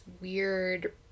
weird